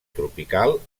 tropical